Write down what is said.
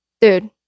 dude